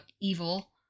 evil